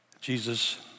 Jesus